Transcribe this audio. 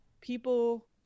people